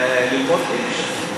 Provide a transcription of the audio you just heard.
ללמוד יידיש,